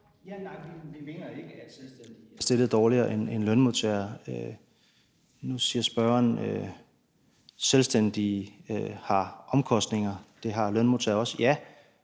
er stillet dårligere end lønmodtagere. Nu siger spørgeren, at selvstændige har omkostninger, og at det har lønmodtagere også. Ja,